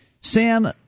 Sam